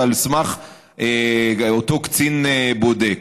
ועל סמך אותו קצין בודק.